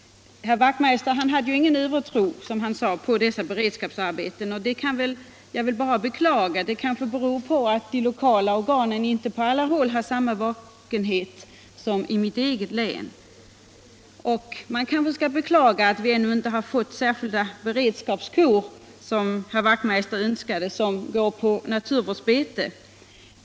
Herr Wachtmeister i Johannishus hade ingen övertro, som han sade, på dessa beredskapsarbeten, och den inställningen kan jag väl bara beklaga. Den kanske beror på att de lokala organen inte på alla håll visar samma vakenhet som i mitt eget hemlän. Man kanske också skall beklaga att vi ännu inte har fått särskilda beredskapskor till naturvårdsbete, som herr Wachtmeister önskade.